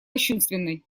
кощунственной